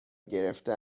گرفته